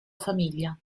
famiglia